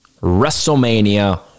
WrestleMania